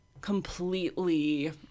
completely